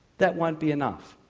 that won't be enough.